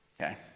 okay